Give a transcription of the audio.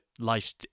life